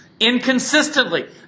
inconsistently